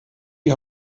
die